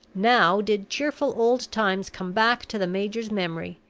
now did cheerful old times come back to the major's memory,